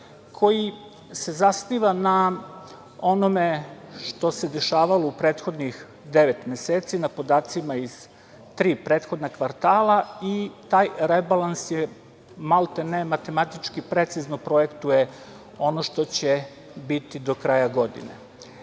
koji se zasniva na onome što se dešavalo u prethodnih devet meseci na podacima iz tri prethodna kvartala i taj rebalans je maltene matematički precizno projektuje ono što će biti do kraja